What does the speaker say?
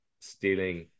stealing